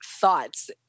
thoughts